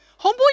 Homeboy